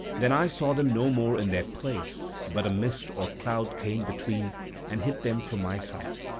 then i saw them no more in their place, but a mist or cloud came between and hid them from my sight.